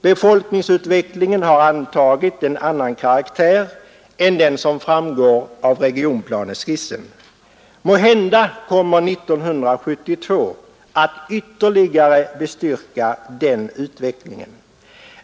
Befolkningsutvecklingen har antagit en annan karaktär än den som framgår av regionplaneskissen. Måhända kommer 1972 att ytterligare bestyrka den utvecklingen.